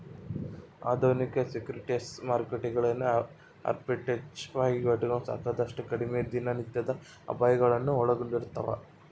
ಆಧುನಿಕ ಸೆಕ್ಯುರಿಟೀಸ್ ಮಾರುಕಟ್ಟೆಗಳಲ್ಲಿನ ಆರ್ಬಿಟ್ರೇಜ್ ವಹಿವಾಟುಗಳು ಸಾಕಷ್ಟು ಕಡಿಮೆ ದಿನನಿತ್ಯದ ಅಪಾಯಗಳನ್ನು ಒಳಗೊಂಡಿರ್ತವ